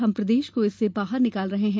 हम प्रदेश को इससे बाहर निकाल रहे हैं